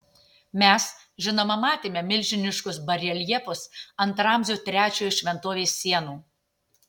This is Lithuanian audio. mes žinoma matėme milžiniškus bareljefus ant ramzio trečiojo šventovės sienų